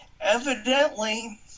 Evidently